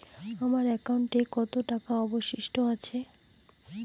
আমার একাউন্টে কত টাকা অবশিষ্ট আছে?